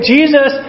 Jesus